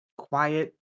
quiet